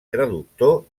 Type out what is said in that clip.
traductor